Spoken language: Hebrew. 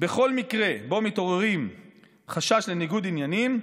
בכל מקרה בו מתעורר חשש לניגוד עניינים",